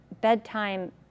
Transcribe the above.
bedtime